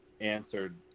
answered